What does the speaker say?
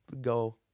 go